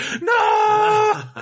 no